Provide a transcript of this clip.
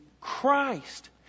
Christ